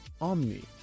Omni